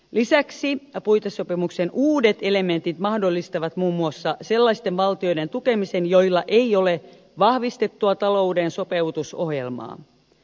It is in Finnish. lisäksi puitesopimuksen uudet elementit mahdollistavat muun muassa sellaisten valtioiden tukemisen joilla ei ole vahvistettua talouden sopeutusohjelmaa